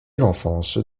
l’enfance